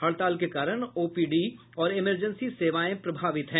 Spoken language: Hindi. हड़ताल के कारण ओपीडी और इमरजेंसी सेवाएं प्रभावित हैं